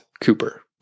Cooper